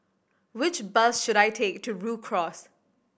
which bus should I take to Rhu Cross